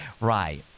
Right